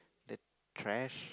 the trash